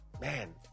man